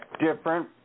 different